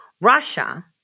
Russia